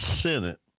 Senate